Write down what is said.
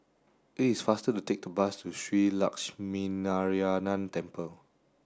it is faster to take the bus to Shree Lakshminarayanan Temple